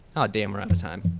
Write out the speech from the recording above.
damn we're out of time.